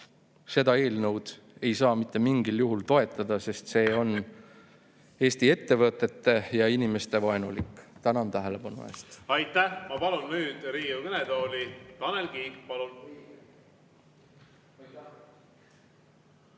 Seda eelnõu ei saa mitte mingil juhul toetada, sest see on Eesti ettevõtete ja inimeste vaenulik. Tänan tähelepanu eest! Aitäh! Ma palun nüüd Riigikogu kõnetooli Tanel Kiige. Palun!